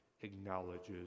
acknowledges